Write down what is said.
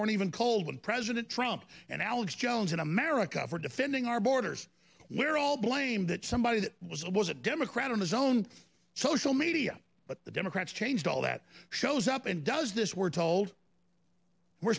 weren't even cold and president trump and alex jones in america for defending our borders we're all blame that somebody that was it was a democrat in his own social media but the democrats changed all that shows up and does this we're told we're